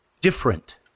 different